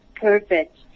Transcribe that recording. perfect